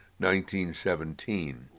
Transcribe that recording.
1917